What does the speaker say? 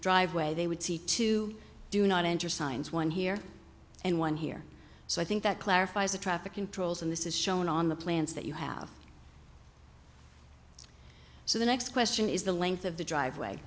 driveway they would see two do not enter signs one here and one here so i think that clarifies the traffic controls and this is shown on the plans that you have so the next question is the length of the driveway